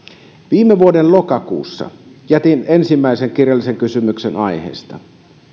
viime vuoden lokakuussa jätin ensimmäisen kirjallisen kysymyksen aiheesta